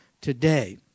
today